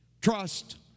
Trust